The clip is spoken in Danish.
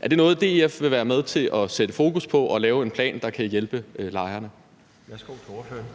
Er det noget, DF vil være med til at sætte fokus på, altså at lave en plan, der kan hjælpe lejerne?